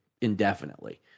indefinitely